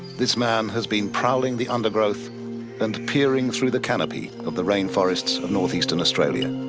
this man has been prowling the undergrowth and peering through the canopy of the rainforests of north-eastern australia.